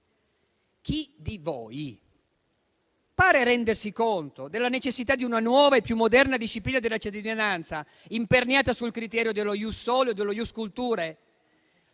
Chi di voi pare rendersi conto della necessità di una nuova e più moderna disciplina della cittadinanza, imperniata sul criterio dello *ius soli* o dello *ius